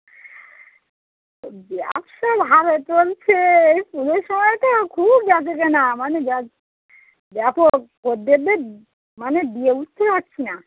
ব্যবসা ভালো চলছে পুজোর সময় তো খুব বেচা কেনা মানে ব্যা ব্যাপক খদ্দেরদের মানে দিয়ে উঠতে পারছি না